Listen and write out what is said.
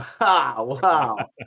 Wow